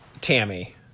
Tammy